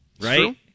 right